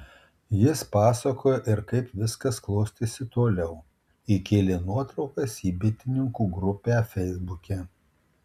jis pasakoja ir kaip viskas klostėsi toliau įkėlė nuotraukas į bitininkų grupę feisbuke